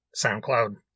SoundCloud